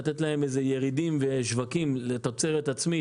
לתת להם ירידים ושווקים לתוצרת עצמית.